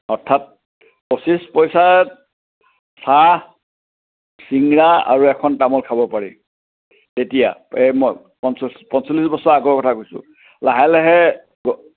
অৰ্থাৎ পঁচিছ পইচাত চাহ চিংৰা আৰু এখন তামোল খাব পাৰি তেতিয়া পঞ্চাছ পঞ্চল্লিছ বছৰৰ আগৰ কথা কৈছোঁ লাহে লাহে